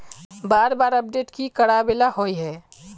बार बार अपडेट की कराबेला होय है?